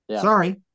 sorry